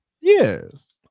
Yes